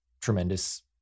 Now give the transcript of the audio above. tremendous